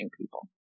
people